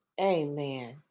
amen